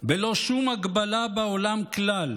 בלא שום הגבלה בעולם כלל,